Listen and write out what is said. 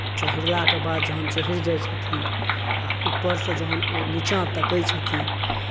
चढ़लाके बाद जखन चढ़ि जाइ छथिन आ ऊपरसँ जखन ओ नीचाँ तकै छथिन